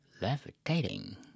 Levitating